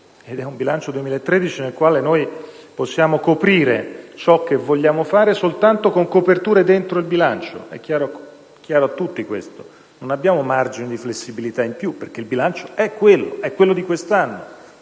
Ed è un bilancio 2013 nel quale possiamo coprire ciò che vogliamo fare soltanto con coperture dentro il bilancio. È chiaro a tutti questo. Non abbiamo margini di flessibilità in più, perché il bilancio è quello di quest'anno,